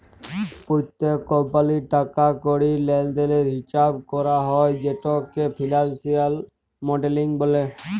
প্যত্তেক কমপালির টাকা কড়ির লেলদেলের হিচাব ক্যরা হ্যয় যেটকে ফিলালসিয়াল মডেলিং ব্যলে